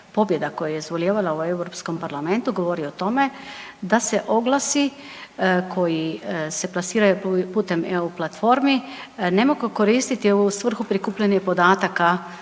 pobjeda koja je izvolijevala u Europskom parlamentu govori o tome da se oglasi koji se plasiraju putem eu platformi ne mogu koristiti u svrhu prikupljanja podataka